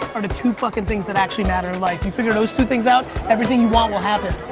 are the two fucking things that actually matter in life. you figure those two things out, everything you want will happen.